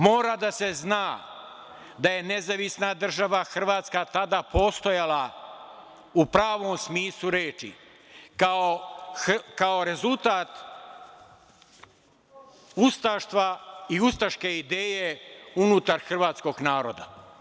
Mora da se zna da je Nezavisna Država Hrvatska tada postojala u pravom smislu reči, kao rezultat ustaštva i ustaške ideje unutar hrvatskog naroda.